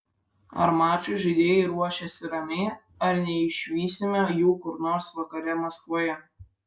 ar mačui žaidėjai ruošiasi ramiai ar neišvysime jų kur nors vakare maskvoje